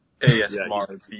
ASMR